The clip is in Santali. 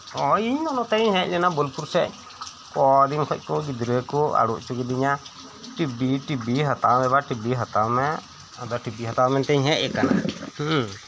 ᱚ ᱤᱧᱦᱚᱸ ᱱᱚᱛᱮᱜᱤᱧ ᱦᱮᱡᱞᱮᱱᱟ ᱵᱚᱞᱯᱩᱨ ᱥᱮᱫ ᱠᱚᱫᱤᱱ ᱠᱷᱚᱡᱠᱩ ᱜᱤᱫᱽᱨᱟᱹᱠᱩ ᱟᱲᱩ ᱩᱪᱩᱠᱮᱫᱤᱧᱟ ᱴᱤᱵᱤ ᱴᱤᱵᱤ ᱮᱵᱟ ᱴᱤᱵᱤ ᱦᱟᱛᱟᱣᱢᱮ ᱟᱫᱚ ᱴᱤᱵᱤ ᱦᱟᱛᱟᱣ ᱢᱮᱱᱛᱮᱧ ᱦᱮᱡ ᱟᱠᱟᱱᱟ ᱦᱮᱸ